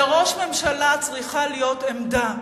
לראש ממשלה צריכה להיות עמדה,